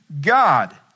God